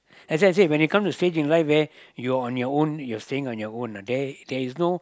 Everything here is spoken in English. that's why I said when it comes to stage in life where you are on your own your staying on your own ah there there is no